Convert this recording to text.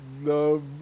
love